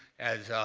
as